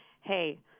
hey